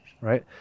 right